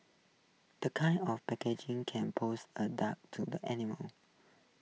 the kind of packaging can pose A dark to the animals